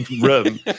room